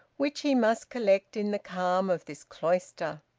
which he must collect in the calm of this cloister,